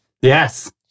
Yes